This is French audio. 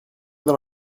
dans